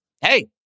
hey